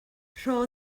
rho